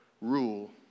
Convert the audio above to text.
rule